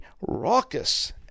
raucous